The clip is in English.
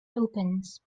opens